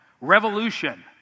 revolution